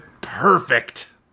Perfect